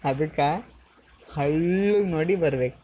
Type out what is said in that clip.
ಅದಕ್ಕೆ ಹಳ್ಳುಗೆ ನೋಡಿ ಬರಬೇಕು